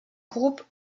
groupe